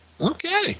Okay